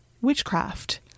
witchcraft